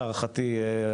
להערכתי,